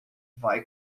vai